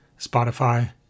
Spotify